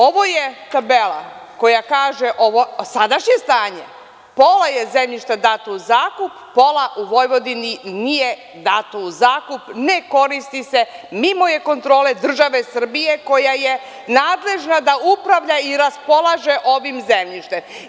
Ovo je tabela koja kaže ovo sadašnje stanje, pola je zemljišta dato u zakup, pola u Vojvodini nije dato u zakup, ne koristi se, mimo je kontrole države Srbije koja je nadležna da upravlja i raspolaže ovim zemljištem.